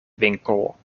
winkel